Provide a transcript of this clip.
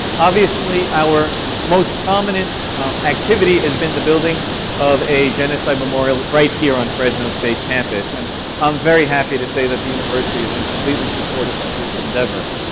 obviously, our most prominent activity has been the building of a genocide memorial right here on fresno state campus, and i'm very happy to say that the university has been completely supportive of this endeavor.